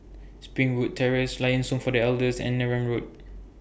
Springwood Terrace Lions Home For The Elders and Neram Road